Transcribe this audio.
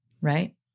Right